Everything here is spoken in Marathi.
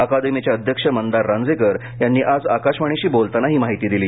अकादमीचे अध्यक्ष मंदार रांजेकर यांनी आज आकाशवाणीशी बोलताना ही माहिती दिली